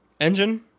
Engine